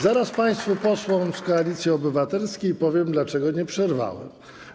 Zaraz państwu posłom z Koalicji Obywatelskiej powiem, dlaczego nie przerwałem.